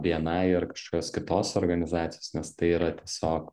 bni ar kažkokios kitos organizacijos nes tai yra tiesiog